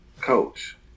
coach